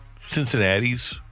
Cincinnati's